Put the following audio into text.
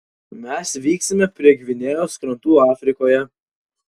mes vyksime prie gvinėjos krantų afrikoje